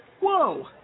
Whoa